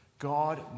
God